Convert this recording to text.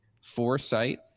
foresight